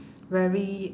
very